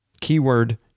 keyword